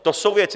To jsou věci.